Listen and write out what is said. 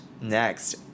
Next